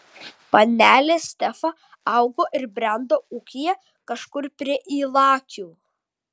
panelė stefa augo ir brendo ūkyje kažkur prie ylakių